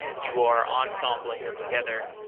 you are ensembling them together.